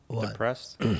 depressed